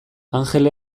angel